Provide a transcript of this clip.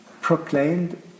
proclaimed